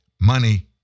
money